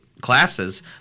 classes